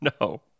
No